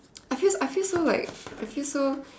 I feel I feel so like I feel so